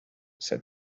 said